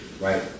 right